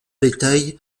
bétail